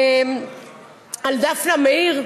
על דפנה מאיר.